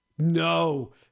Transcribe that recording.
No